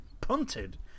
punted